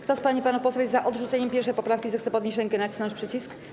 Kto z pań i panów posłów jest za odrzuceniem 1. poprawki, zechce podnieść rękę i nacisnąć przycisk.